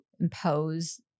impose